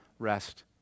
rest